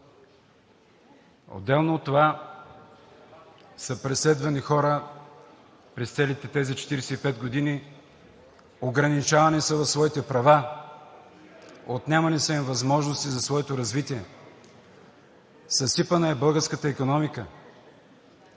Отделно от това са преследвани хора през целите тези 45 години, ограничавани са в своите права, отнемани са им възможности за своето развитие. Съсипана е българската икономика.